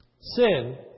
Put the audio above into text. sin